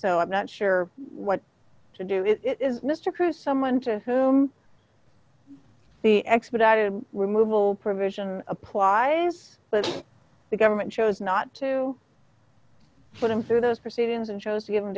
so i'm not sure what to do if it is mr cruz someone to whom the expedited removal provision applies but the government chose not to put him through those proceedings and shows you have